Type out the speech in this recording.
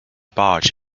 barge